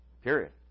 Period